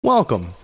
Welcome